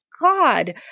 God